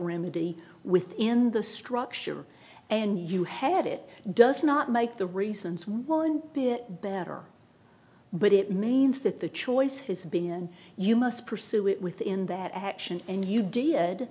remedy within the structure and you had it does not make the reasons one bit better but it manes that the choice has been you must pursue it within that action and you did